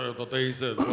ah the days inn,